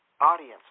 audience